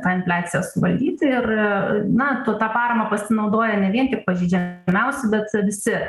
tą infliaciją suvaldyti ir na tu ta parama pasinaudoja ne vien tik pažeidžiamiausi bet visi